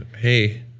hey